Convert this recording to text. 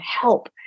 help